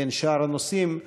בין שאר הנושאים,